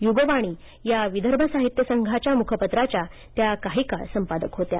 युगवाणी या विदर्भ साहित्य संघाच्या मुखपत्राच्या त्या काही काळ संपादक होत्या